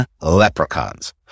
leprechauns